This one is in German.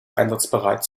einsatzbereit